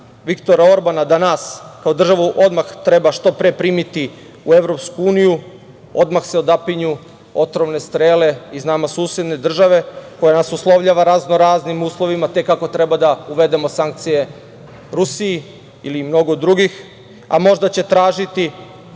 da nas kao državu odmah treba što pre primiti u EU, odmah se odapinju otrovne strele iz nama susedne države, koja nas uslovljava raznoraznim uslovima, te kako treba da uvedemo sankcije Rusiji ili mnogo drugih, a možda će tražiti